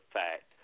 fact